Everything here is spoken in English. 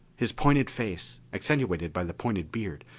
his pointed face, accentuated by the pointed beard,